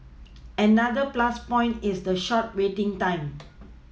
another plus point is the short waiting time